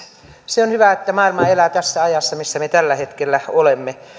se on hyvä että maailma elää tässä ajassa missä me tällä hetkellä olemme